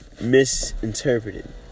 misinterpreted